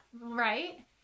Right